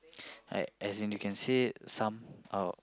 as as in you can say some out